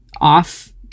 off